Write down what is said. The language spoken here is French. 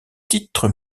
titres